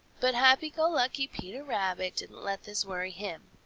but happy-go-lucky peter rabbit didn't let this worry him.